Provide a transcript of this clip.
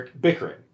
bickering